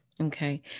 Okay